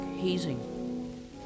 hazing